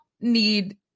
need